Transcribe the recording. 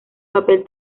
papel